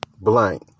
blank